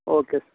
okay